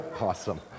Awesome